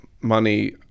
money